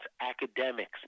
academics